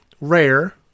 rare